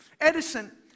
Edison